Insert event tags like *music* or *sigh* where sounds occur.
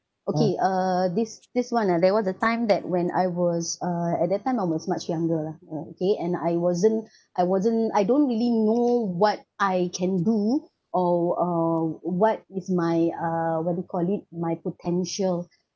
okay uh this this [one] ah there was the time that when I was uh at that time I was much younger lah uh okay and I wasn't *breath* I wasn't I don't really know what I can do or uh what is my uh what do you call it my potential *breath*